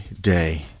day